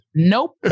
Nope